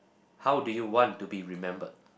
how do you want to be remembered